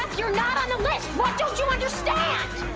you're not on the list, what don't you understand?